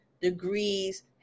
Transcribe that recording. degrees